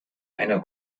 eine